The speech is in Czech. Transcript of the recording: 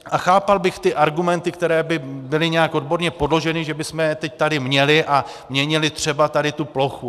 A chápal bych ty argumenty, které by byly nějak odborně podloženy, že bychom je teď tady měli a měnili třeba tady tu plochu.